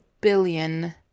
billion